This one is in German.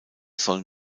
sollen